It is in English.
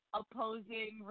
opposing